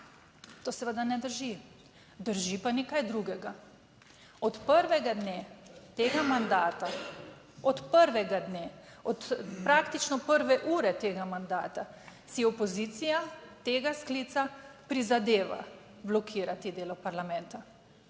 To seveda ne drži. Drži pa nekaj drugega. Od prvega dne tega mandata, od prvega dne, od praktično prve ure tega mandata, si opozicija tega sklica prizadeva blokirati delo parlamenta,